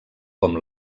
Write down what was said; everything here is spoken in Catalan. com